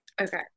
Okay